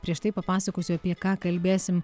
prieš tai papasakosiu apie ką kalbėsim